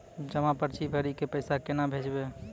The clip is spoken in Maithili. जमा पर्ची भरी के पैसा केना भेजबे?